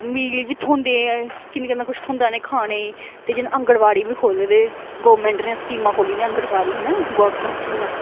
मील बी थ्होंदे किन्ना किन्ना किछ थ्होंदा इनें ई खाने गी ते जि आंगनबाड़ी बी खोह्ल दे गौरमेंट ने स्कीमां खोह्ली दियां आंगनबाड़ी न वर्करर्स दियां